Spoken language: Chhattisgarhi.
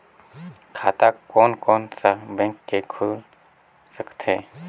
खाता कोन कोन सा बैंक के खुल सकथे?